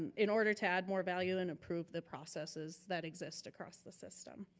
in order to add more value and improve the processes that exist across the system.